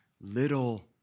little